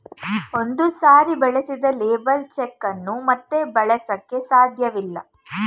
ಒಂದು ಸಾರಿ ಬಳಸಿದ ಲೇಬರ್ ಚೆಕ್ ಅನ್ನು ಮತ್ತೆ ಬಳಸಕೆ ಸಾಧ್ಯವಿಲ್ಲ